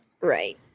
Right